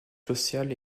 social